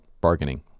bargaining